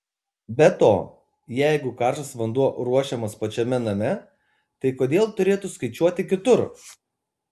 be to jeigu karštas vanduo ruošiamas pačiame name tai kodėl turėtų skaičiuoti kitur